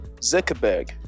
Zuckerberg